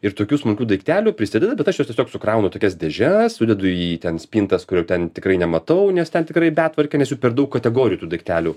ir tokių smulkių daiktelių prisideda bet aš juos tiesiog sukraunu į tokias dėžes sudedu į ten spintas kur jau ten tikrai nematau nes ten tikrai betvarkė nes jų per daug kategorijų tų daiktelių